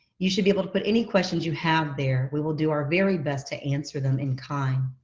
you should be able to put any questions you have there. we will do our very best to answer them in kind.